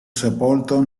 sepolto